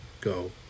go